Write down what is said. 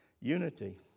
unity